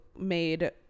made